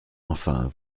enfin